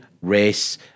race